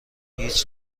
هیچ